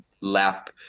lap